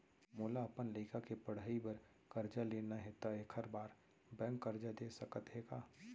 मोला अपन लइका के पढ़ई बर करजा लेना हे, त एखर बार बैंक करजा दे सकत हे का?